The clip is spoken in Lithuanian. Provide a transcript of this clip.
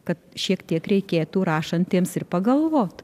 kad šiek tiek reikėtų rašantiems ir pagalvot